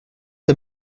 est